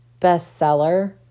bestseller